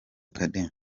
academy